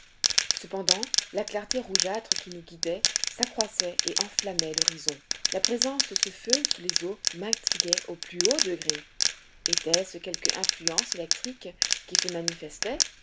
cependant la clarté rougeâtre qui nous guidait s'accroissait et enflammait l'horizon la présence de ce foyer sous les eaux m'intriguait au plus haut degré était-ce quelque effluence électrique qui se manifestait